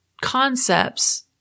concepts